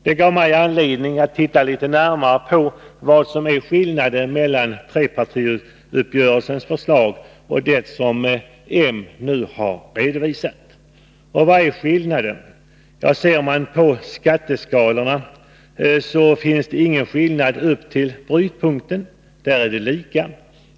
Det gav mig anledning att titta litet närmare på skillnaden mellan trepartiuppgörelsens förslag och det som moderaterna nu har redovisat. Vad är skillnaden? Ja, i skatteskalan finns inga skillnader upp till brytpunkten. Så långt är det lika.